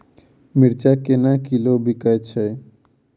मिर्चा केना किलो बिकइ छैय?